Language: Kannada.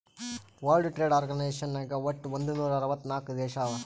ವರ್ಲ್ಡ್ ಟ್ರೇಡ್ ಆರ್ಗನೈಜೇಷನ್ ನಾಗ್ ವಟ್ ಒಂದ್ ನೂರಾ ಅರ್ವತ್ ನಾಕ್ ದೇಶ ಅವಾ